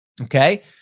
okay